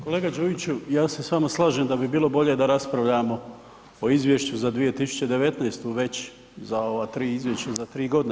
Kolega Đujiću ja se s vama slažem da bi bilo bolje da raspravljamo o Izvješću za 2019. već za ova tri izvješća za tri godine.